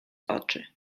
oczy